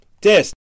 test